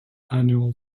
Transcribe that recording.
annual